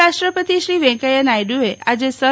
ઉપરાષ્ટ્રપતિ શ્રી વૈકેંયા નાયડુએ આજે સર